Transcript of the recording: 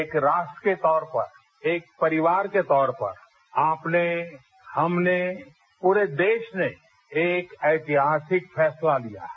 एक राष्ट्र के तौर पर एक परिवार के तौर पर आपने हमने पूरे देश ने एक ऐतिहासिक फैसला लिया है